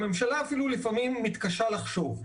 הממשלה אפילו לפעמים מתקשה לחשוב.